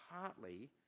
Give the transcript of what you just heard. partly